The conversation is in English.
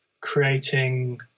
creating